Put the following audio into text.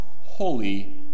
holy